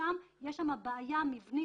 שם יש בעיה מבנית,